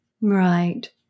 Right